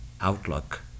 outlook